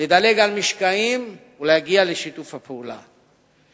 לדלג על משקעים ולהגיע לשיתוף הפעולה.